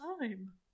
time